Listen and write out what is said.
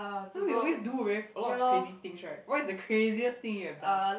you know you always do very a lot of crazy things right what is the craziest thing you have done